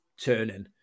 turning